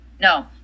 No